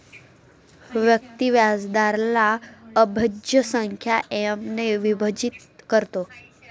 व्यक्ती व्याजदराला अभाज्य संख्या एम ने विभाजित करतो